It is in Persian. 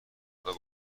خدا